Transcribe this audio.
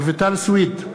רויטל סויד,